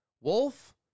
wolf